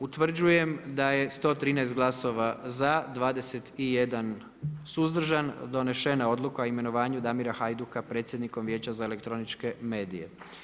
Utvrđujem da je 113 glasova za, 21 suzdržan, donešena odluka o imenovanju Damira Hajduka predsjednikom Vijeća za elektroničke medije.